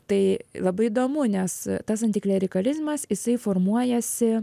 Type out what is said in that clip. tai labai įdomu nes tas antiklerikalizmas jisai formuojasi